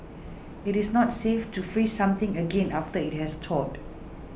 it is not safe to freeze something again after it has thawed